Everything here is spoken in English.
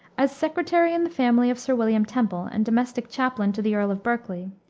as secretary in the family of sir william temple, and domestic chaplain to the earl of berkeley,